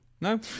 No